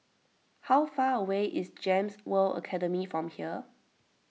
how far away is Gems World Academy from here